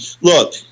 Look